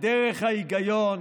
בדרך ההיגיון